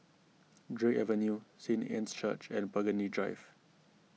Drake Avenue Saint Anne's Church and Burgundy Drive